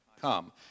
come